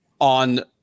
on